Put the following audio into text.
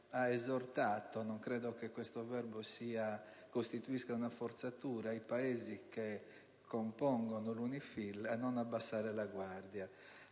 ha esortato - non credo che questo verbo costituisca una forzatura - i Paesi che compongono l'UNIFIL a non abbassare la guardia.